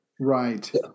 Right